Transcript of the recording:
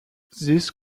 these